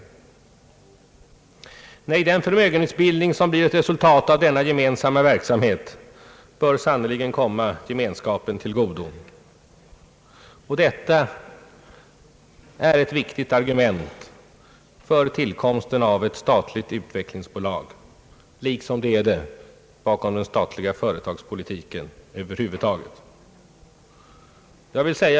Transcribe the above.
Nej, den förmögenhetsbildning som blir ett resultat av en sådan gemensam verksamhet bör sannerligen komma gemenskapen till godo. Detta är ett viktigt argument för tillkomsten av ett statligt utvecklingsbolag, liksom för den statliga företagspolitiken över huvud taget.